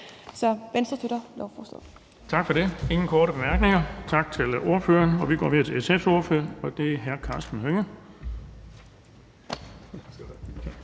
Bonnesen): Tak for det. Der er ingen korte bemærkninger. Tak til ordføreren. Vi går videre til SF's ordfører, og det er hr. Karsten Hønge.